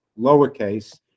lowercase